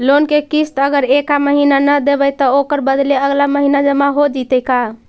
Loan के किस्त अगर एका महिना न देबै त ओकर बदले अगला महिना जमा हो जितै का?